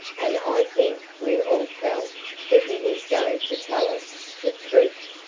and i think we all felt that he was going to tell us the truth.